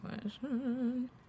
question